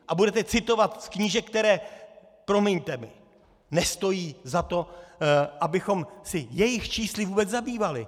A budete citovat z knížek, které, promiňte mi, nestojí za to, abychom se jejich čísly vůbec zabývali.